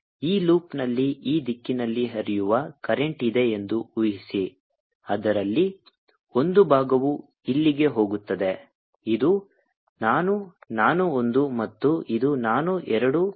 ಆದ್ದರಿಂದ ಈ ಲೂಪ್ನಲ್ಲಿ ಈ ದಿಕ್ಕಿನಲ್ಲಿ ಹರಿಯುವ ಕರೆಂಟ್ ಇದೆ ಎಂದು ಊಹಿಸಿ ಅದರಲ್ಲಿ ಒಂದು ಭಾಗವು ಇಲ್ಲಿಗೆ ಹೋಗುತ್ತದೆ ಇದು ನಾನು ನಾನು ಒಂದು ಮತ್ತು ಇದು ನಾನು ಎರಡು ಎಂದು ಹೇಳೋಣ